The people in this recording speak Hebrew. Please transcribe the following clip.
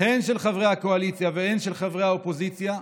הן של חברי הקואליציה והן של חברי האופוזיציה.